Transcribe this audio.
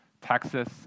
Texas